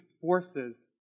forces